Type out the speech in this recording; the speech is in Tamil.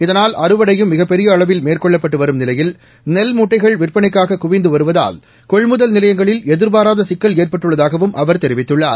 இதனால் அறுவடையும் மிகப் பெரிய அளவில் மேற்கொள்ளப்பட்டு வரும் நிலையில் நெல் மூட்டைகள் விற்பனைக்காக குவிந்து வருவதால் கொள்முதல் நிலையங்களில் எதிர்பாராத சிக்கல் ஏற்பட்டுள்ளதாகவும் அவர் தெரிவித்குள்ளார்